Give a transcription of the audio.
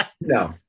no